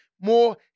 more